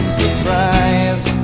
surprise